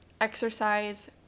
exercise